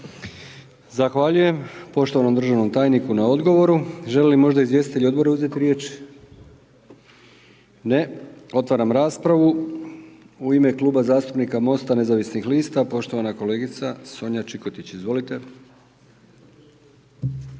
Zahvaljujem poštovanom državnom tajniku na odgovoru, želi li možda izvjestitelj odbora uzeti riječ, ne. Otvaram raspravu u ime Kluba zastupnika MOSTA nezavisnih lista, poštovana kolegica Sonja Čikotić, izvolite.